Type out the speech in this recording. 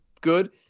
good